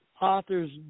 author's